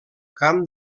camp